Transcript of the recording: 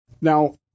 Now